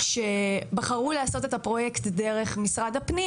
שבחרו לעשות את הפרויקט דרך משרד הפנים,